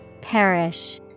Perish